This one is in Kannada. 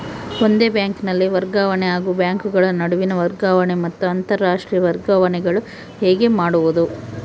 ಒಂದೇ ಬ್ಯಾಂಕಿನಲ್ಲಿ ವರ್ಗಾವಣೆ ಹಾಗೂ ಬ್ಯಾಂಕುಗಳ ನಡುವಿನ ವರ್ಗಾವಣೆ ಮತ್ತು ಅಂತರಾಷ್ಟೇಯ ವರ್ಗಾವಣೆಗಳು ಹೇಗೆ ಮಾಡುವುದು?